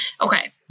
Okay